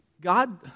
God